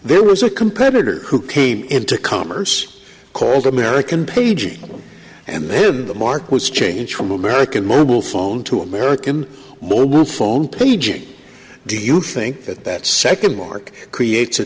there was a competitor came into commerce called american paging and then the mark was changed from american mobile phone to american moment phone paging do you think that that second mark creates a